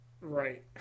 right